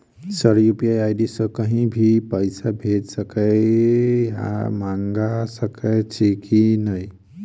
Sir UPI ID सँ कहि भी पैसा भेजि सकै या मंगा सकै छी की न ई?